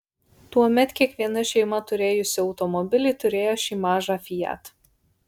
tuomet kiekviena šeima turėjusi automobilį turėjo šį mažą fiat